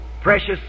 precious